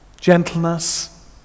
Gentleness